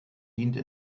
diente